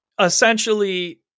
essentially